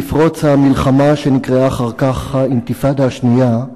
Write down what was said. בפרוץ המלחמה שנקראה אחר כך האינתיפאדה השנייה,